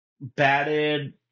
batted